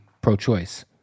pro-choice